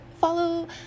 follow